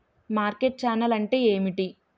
Market channel అంటే ఏమిటి?